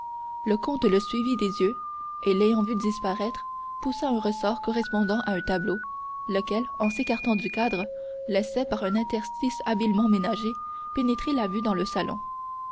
le comte le suivit des yeux et l'ayant vu disparaître poussa un ressort correspondant à un tableau lequel en s'écartant du cadre laissait par un interstice habilement ménagé pénétrer la vue dans le salon